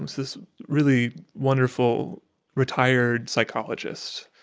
this really wonderful retired psychologist